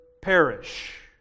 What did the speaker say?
perish